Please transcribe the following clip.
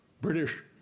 British